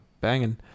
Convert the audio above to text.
Banging